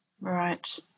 right